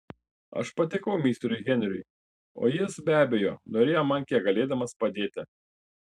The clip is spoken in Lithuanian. aš patikau misteriui henriui o jis be abejo norėjo man kiek galėdamas padėti